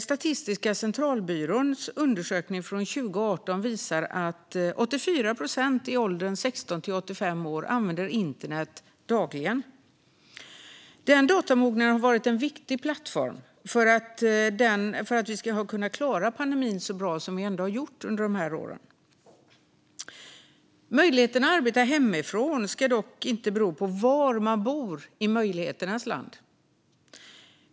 Statistiska centralbyråns undersökning från 2018 visar att 84 procent i åldern 16-85 år använder internet dagligen. Denna datamognad har varit en viktig plattform som gjort att vi har kunnat klara pandemin så bra som vi ändå har gjort under dessa år. Möjligheten att arbeta hemifrån ska dock inte bero på var man bor i möjligheternas land.